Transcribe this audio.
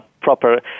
proper